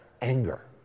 anger